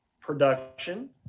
production